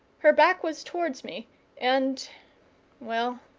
her back was towards me and well,